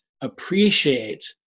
appreciate